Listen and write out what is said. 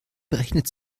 berechnet